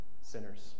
sinners